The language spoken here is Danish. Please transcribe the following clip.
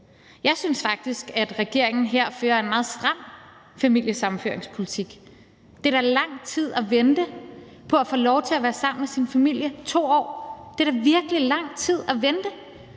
Jeg synes faktisk, at regeringen her fører en meget stram familiesammenføringspolitik. Det er da lang tid at vente på at få lov til at være sammen med sin familie – 2 år. Det er da virkelig lang tid at vente.